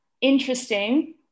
interesting